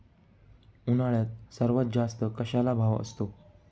उन्हाळ्यात सर्वात जास्त कशाला भाव असतो?